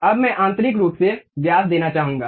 अब मैं आंतरिक रूप से व्यास देना चाहूंगा